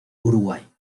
uruguay